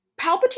Palpatine